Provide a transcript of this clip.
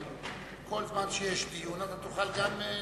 כל זמן שיש דיון אתה תוכל גם,